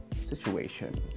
situation